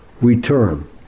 return